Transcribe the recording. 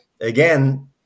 again